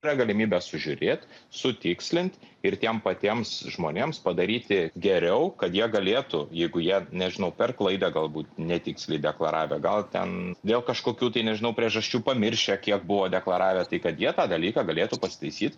yra galimybė sužiūrėt sutikslint ir tiem patiems žmonėms padaryti geriau kad jie galėtų jeigu jie nežinau per klaidą galbūt netiksliai deklaravę gal ten dėl kažkokių tai nežinau priežasčių pamiršę kiek buvo deklaravę tai kad jie tą dalyką galėtų pasitaisyt